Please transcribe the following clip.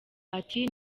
ati